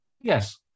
Yes